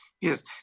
yes